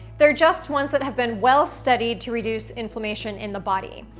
they're just ones that have been well-studied to reduce inflammation in the body.